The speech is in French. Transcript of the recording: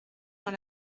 dans